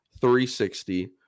360